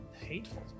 hateful